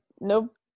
nope